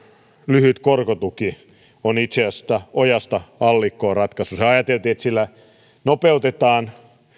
lyhyt korkotuki on itse asiassa ojasta allikkoon ratkaisu ajateltiin että sillä nopeutetaan